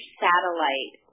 satellite